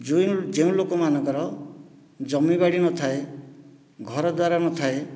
ଯେଉଁ ଯେଉଁ ଲୋକମାନଙ୍କର ଜମିବାଡ଼ି ନଥାଏ ଘରଦ୍ୱାର ନଥାଏ